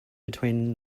between